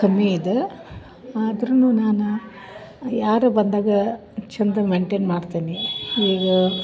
ಕಮ್ಮಿಯಿದೆ ಆದರೂ ನಾನಾ ಯಾರೋ ಬಂದಾಗ ಚಂದ ಮೇಯ್ನ್ಟೇನ್ ಮಾಡ್ತೀನಿ ಈಗ